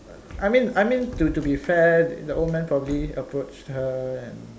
I mean I mean to to be fair the old man probably approached her and